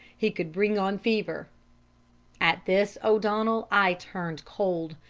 he could bring on fever at this, o'donnell, i turned cold.